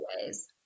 ways